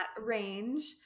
range